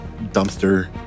dumpster